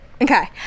Okay